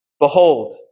Behold